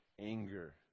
anger